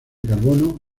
carbono